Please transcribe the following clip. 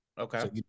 Okay